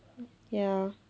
ya